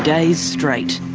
days straight.